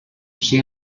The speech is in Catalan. ser